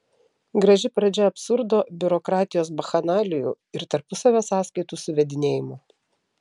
graži pradžia absurdo biurokratijos bakchanalijų ir tarpusavio sąskaitų suvedinėjimo